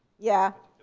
yeah.